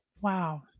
Wow